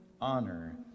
Honor